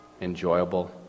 enjoyable